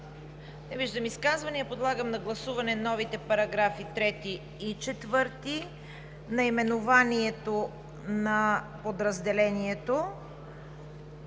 Не виждам. Подлагам на гласуване новите параграфи 3 и 4; наименованието на подразделението